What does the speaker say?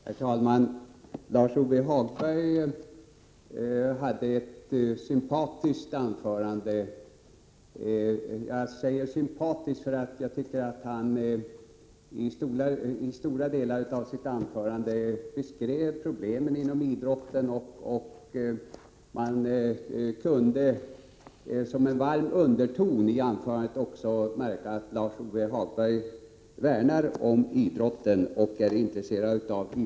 Herr talman! Lars-Ove Hagberg höll ett sympatiskt anförande. Jag säger sympatiskt, eftersom han i stora delar av sitt anförande beskrev problemen inom idrotten och man som en varm underton i anförandet kunde märka att han värnar om idrotten och är intresserad av dess utveckling.